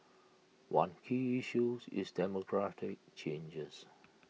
one key issue is demographic changes